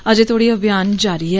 अज्जे तोड़ी अभियान जारी ऐ